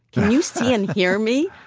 can you see and hear me?